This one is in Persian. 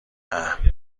اَه